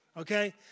okay